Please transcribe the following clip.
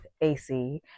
AC